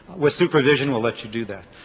with supervision we'll let you do that.